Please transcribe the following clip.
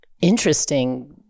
interesting